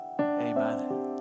Amen